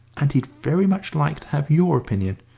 and he'd very much like to have your opinion.